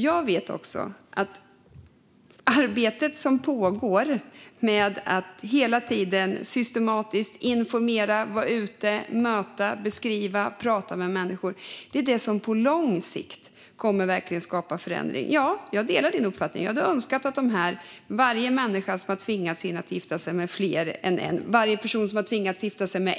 Jag vet också att arbetet som pågår med att hela tiden systematiskt vara ute och möta, informera, beskriva och prata med människor är det som på lång sikt verkligen kommer att skapa förändring. Jag delar Mikael Eskilanderssons uppfattning angående varje människa som har tvingats att gifta sig med fler än en person, eller en